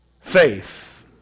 Faith